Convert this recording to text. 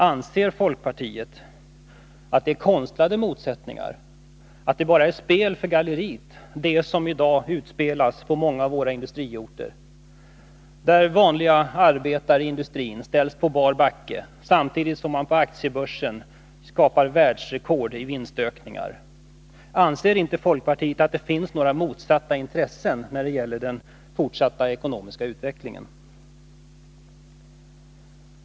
Anser folkpartiet att det bara är konstlade motsättningar, att det bara är ett spel för galleriet, det som i dag utspelas på många av våra industriorter, där vanliga arbetare i industrin ställs på bar backe samtidigt som man på aktiebörsen sätter världsrekord i vinstökningar? Anser inte folkpartiet att det finns några motsatta intressen när det gäller den fortsatta ekonomiska utvecklingen?